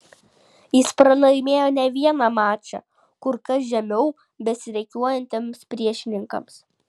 jis pralaimėjo ne vieną mačą kur kas žemiau besirikiuojantiems priešininkams